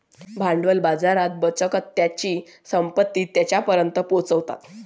भांडवली बाजार बचतकर्त्यांची संपत्ती त्यांच्यापर्यंत पोहोचवतात